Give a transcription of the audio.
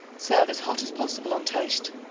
serve as hot as possible on toast.